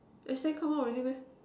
exam come out already meh